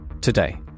Today